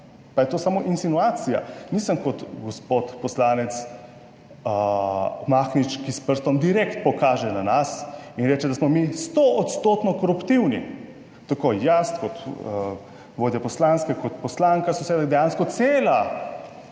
pa je to samo insinuacija, nisem kot gospod poslanec Mahnič, ki s prstom direktno kaže na nas in reče, da smo mi stoodstotno koruptivni, tako jaz kot vodja poslanske kot poslanka / nerazumljivo/ dejansko cela